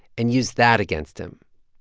and use that against him.